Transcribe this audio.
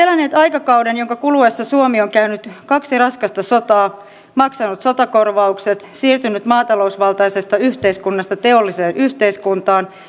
eläneet aikakauden jonka kuluessa suomi on käynyt kaksi raskasta sotaa maksanut sotakorvaukset siirtynyt maatalousvaltaisesta yhteiskunnasta teolliseen yhteiskuntaan